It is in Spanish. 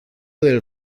del